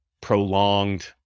prolonged